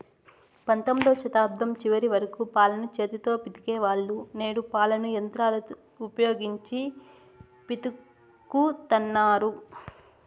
పంతొమ్మిదవ శతాబ్దం చివరి వరకు పాలను చేతితో పితికే వాళ్ళు, నేడు పాలను యంత్రాలను ఉపయోగించి పితుకుతన్నారు